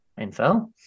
info